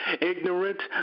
ignorant